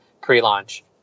pre-launch